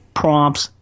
prompts